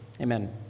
amen